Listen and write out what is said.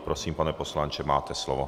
Prosím, pane poslanče, máte slovo.